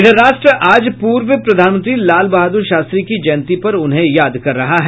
इधर राष्ट्र आज पूर्व प्रधानमंत्री लाल बहादुर शास्त्री की जयंती पर उन्हें याद कर रहा है